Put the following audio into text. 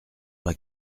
pas